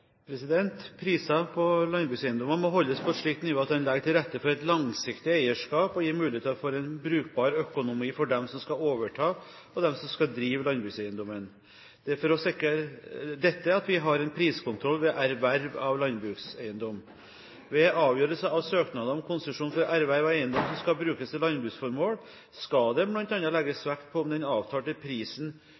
på landbrukseiendommer må holdes på et slikt nivå at den legger til rette for et langsiktig eierskap og gir muligheter for en brukbar økonomi for dem som skal overta og drive landbrukseiendommen. Det er for å sikre dette at vi har en priskontroll ved erverv av landbrukseiendom. Ved avgjørelser av søknader om konsesjon for erverv av eiendom som skal brukes til landbruksformål, skal det bl.a. legges vekt på om den avtalte prisen